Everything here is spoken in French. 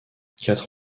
quatre